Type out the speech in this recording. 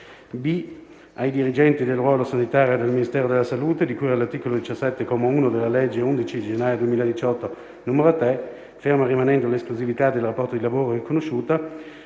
b) ai dirigenti del ruolo sanitario del Ministero della salute di cui all'articolo 17, comma 1, della legge 11 gennaio 2018, n. 3, ferma rimanendo l'esclusività del rapporto di lavoro, è riconosciuta,